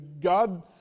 God